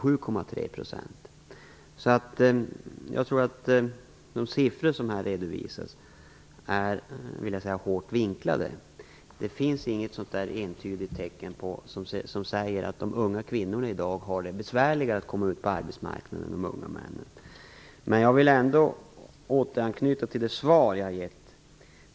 Jag vill säga att de siffror som redovisades var hårt vinklade. Det finns ingenting som entydigt säger att de unga kvinnorna i dag har det besvärligare att komma ut på arbetsmarknaden än de unga männen. Jag vill ändå återknyta till det svar jag har givit.